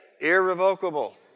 irrevocable